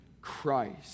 Christ